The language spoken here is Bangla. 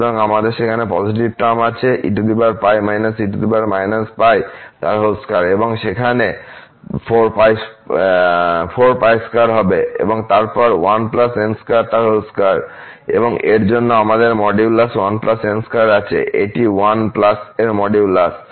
সুতরাং আমাদের সেখানে পজিটিভ টার্ম আছে এবং সেখানে 4π2 হবে এবং তারপর 1n22 এবং এর জন্য আমাদের মডুলাস 1n2 আছে এটি 1 এর মডুলাস